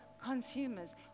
consumers